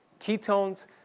Ketones